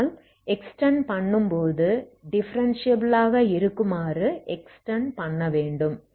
அதனால் எக்ஸ்டெண்ட் பண்ணும்போது டிஃபரென்ஷியபில் ஆக இருக்குமாறு எக்ஸ்டெண்ட் பண்ண வேண்டும்